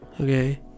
Okay